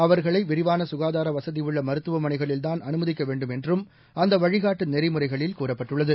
அவர்களைவிரிவானசுகாதாரவசதிஉள்ளமருத்துவமனைகளில்தான் அனுமதிக்கவேண்டும் என்றும் அந்தவழிகாட்டுநெறிமுறைகளில் கூறப்பட்டுள்ளது